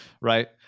Right